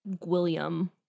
William